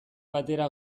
batera